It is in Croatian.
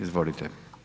Izvolite.